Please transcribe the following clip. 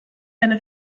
eine